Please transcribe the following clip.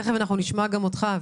תכף נשמע גם אותך.